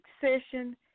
session